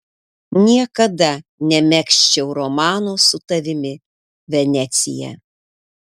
niekada nemegzčiau romano su tavimi venecija